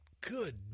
good